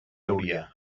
hauria